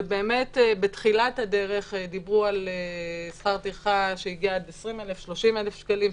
ובאמת בתחילת הדרך דיברו על שכר טרחה שהגיע עד 30,000-20,000 שקלים,